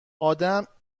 آدم